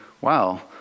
wow